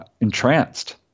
entranced